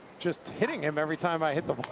just hitting him every time i hit the ball.